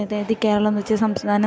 അതായത് കേരളം എന്ന് വെച്ച സംസ്ഥാനം